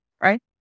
right